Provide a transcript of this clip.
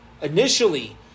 initially